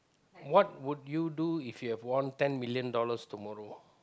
what would you do if you have won ten million dollars tomorrow